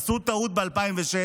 עשו טעות ב-2006,